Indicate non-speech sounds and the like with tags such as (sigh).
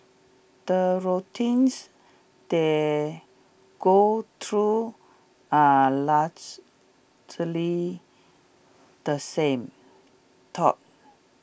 the routines they go through are largely the same (unintelligible)